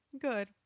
Good